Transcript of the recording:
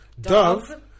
Dove